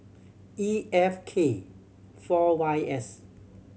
E F K four Y S